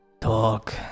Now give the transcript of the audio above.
Talk